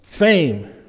fame